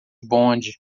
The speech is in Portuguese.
bonde